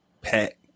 pack